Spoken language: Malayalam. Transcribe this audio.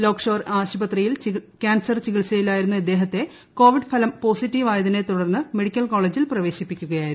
ലേക് ഷോർ ആശുപത്രിയിൽ കാൻസർ ചികിത്സയിലായിരുന്ന ഇദ്ദേഹത്തെ കോവിഡ് ഫലം പൊസിറ്റീവായതിനെ തുടർന്ന് മെഡിക്കൽ കോളേജിൽ പ്രവേശിപ്പിക്കുകയായിരുന്നു